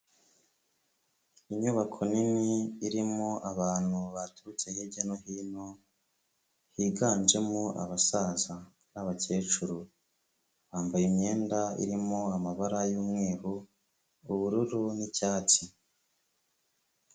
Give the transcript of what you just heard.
Inyubako nini irimo abantu baturutse hirya no hino, higanjemo abasaza n'abakecuru, bambaye imyenda irimo amabara y'umweru, ubururu n'icyatsi.